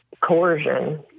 coercion